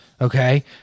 Okay